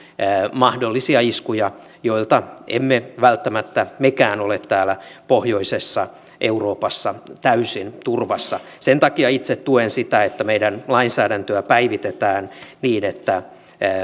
mahdollisia iskuja joilta emme välttämättä mekään ole täällä pohjoisessa euroopassa täysin turvassa sen takia itse tuen sitä että meidän lainsäädäntöämme päivitetään niin että